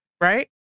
Right